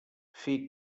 fer